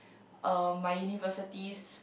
um my university's